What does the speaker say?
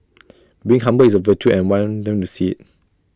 being humble is A virtue and I want them to see